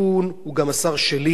האדמה בחריש היא אדמת מדינה,